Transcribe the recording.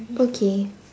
okay